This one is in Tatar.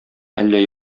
әллә